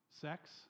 sex